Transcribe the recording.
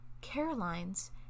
caroline's